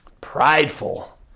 prideful